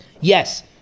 Yes